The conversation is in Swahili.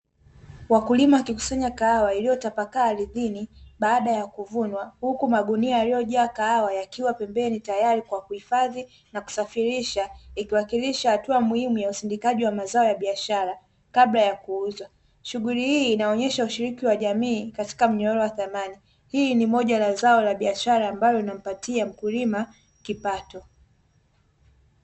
Wakulima wakikusanya kahawa iliyotapakaa ardhini baada ya kuvunwa huku magunia yaliyojaa kahawa yakiwa pembeni tayari kwa kuhifadhi na kusafirisha ikiwakilisha hatua muhimu ya usindikaji wa mazao ya biashara kabla ya kuuzwa. Shughuli hii inaonyesha ushiriki wa jamii katika mnyororo wa thamani. Hii ni moja la zao la biashara ambalo linampatia mkulima kipato.